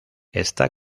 está